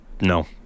No